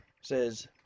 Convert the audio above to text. says